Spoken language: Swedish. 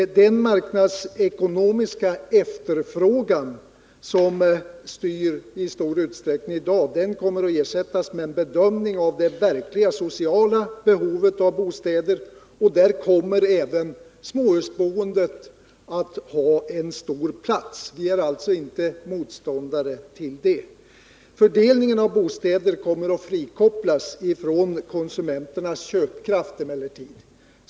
Den marknadsekonomiska efterfrågan som i stor utsträckning styr i dag kommer att ersättas med en bedömning av det verkliga sociala behovet av bostäder. Där kommer även småhusboendet att ha en stor plats. Vi är alltså inte motståndare till småhusboende, tvärtom. Fördelningen av bostäder kommer emellertid att frikopplas från konsumenternas köpkraft.